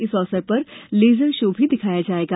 इस अवसर पर लेजर शो भी दिखाया जायेगा